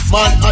Man